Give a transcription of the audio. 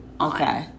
Okay